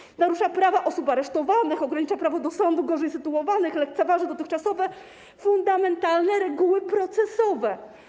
Projekt narusza prawa osób aresztowanych, ogranicza prawo do sądu gorzej sytuowanych, lekceważy dotychczasowe fundamentalne reguły procesowe.